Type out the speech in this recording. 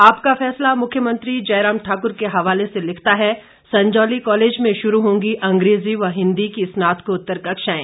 आपका फैसला मुख्यमंत्री जयराम ठाकुर के हवाले से लिखता है संजौली कॉलेज में शुरू होंगी अंग्रेजी व हिंदी की स्नात्तोकतर कक्षाएं